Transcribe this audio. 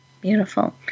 Beautiful